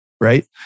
right